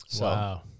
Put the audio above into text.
Wow